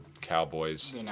Cowboys